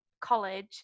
college